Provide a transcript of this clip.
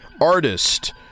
artist